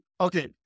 Okay